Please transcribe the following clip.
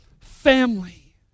family